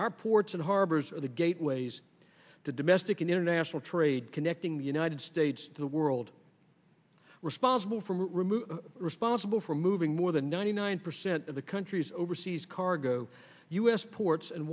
our ports and harbors or the gateways to domestic and international trade connecting the united states the world responsible for removing responsible for moving more than ninety nine percent of the country's overseas cargo u s ports and